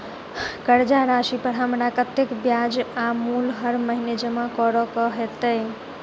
कर्जा राशि पर हमरा कत्तेक ब्याज आ मूल हर महीने जमा करऽ कऽ हेतै?